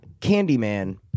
Candyman